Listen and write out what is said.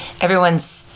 everyone's